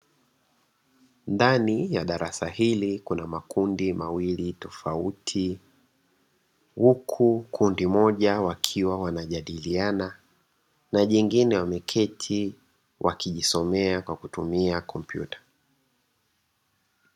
Ndani ya darasa hili, kuna makundi mawili tofauti. Huku kundi moja wakiwa wanajadiliana na jingine wameketi, wakijisomea kwa kutumia kompyuta.